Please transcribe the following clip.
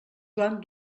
joan